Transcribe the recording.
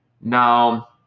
Now